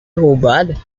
roubado